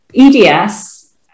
EDS